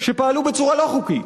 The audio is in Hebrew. שפעלו בצורה לא חוקית,